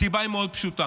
הסיבה מאוד פשוטה,